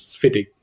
Fitting